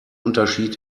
unterschied